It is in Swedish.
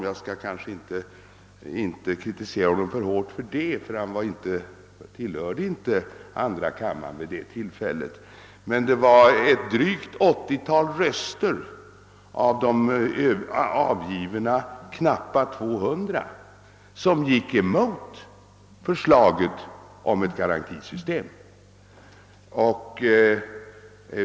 Jag skall inte kritisera honom för hårt för det, men det var drygt ett åttiotal röster av de avgivna knappa 200 som gick emot förslaget om ett garantisystem.